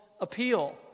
appeal